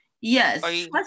yes